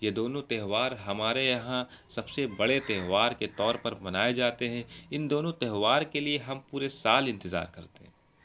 یہ دونوں تہوار ہمارے یہاں سب سے بڑے تہوار کے طور پر منائے جاتے ہیں ان دونوں تہوار کے لیے ہم پورے سال انتظار کرتے ہیں